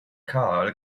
karl